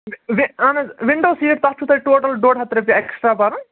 وِ وِ اہن حظ وِنڈو سیٖٹ تَتھ چھُ تۄہہِ ٹوٹَل ڈۄڈ ہَتھ رۄپیہِ اٮ۪کسٹرٛا بَرُن